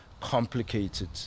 complicated